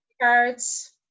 cards